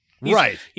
Right